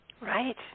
Right